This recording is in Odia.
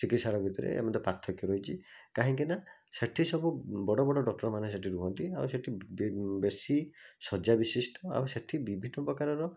ଚିକିତ୍ସାଳୟ ଭିତରେ ଏହା ମଧ୍ୟ ପାର୍ଥକ୍ୟ ରହିଛି କାହିଁକିନା ସେଠି ସବୁ ବଡ଼ ବଡ଼ ଡ଼କ୍ଟର୍ମାନେ ସେଠି ରୁହନ୍ତି ଆଉ ସେଠି ବେଶି ଶଯ୍ୟା ବିଶିଷ୍ଠ ଆଉ ସେଠି ବିଭିନ୍ନ ପ୍ରକାରର